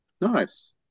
nice